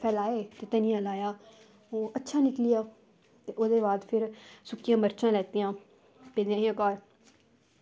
फैलाए ते धनिया लाया ते ओह् अच्छी निकली गेआ ते ओह्दे बाद फिर सुक्कियां मर्चां लैतियां ते घर